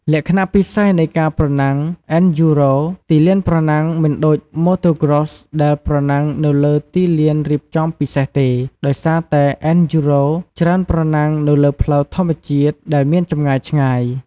លក្ខណៈពិសេសនៃការប្រណាំង អេនឌ្យូរ៉ូ (Enduro) ទីលានប្រណាំង មិនដូច Motocross ដែលប្រណាំងនៅលើទីលានរៀបចំពិសេសទេ ដោយសារតែអេនឌ្យូរ៉ូ (Enduro) ច្រើនប្រណាំងនៅលើផ្លូវធម្មជាតិដែលមានចម្ងាយឆ្ងាយ។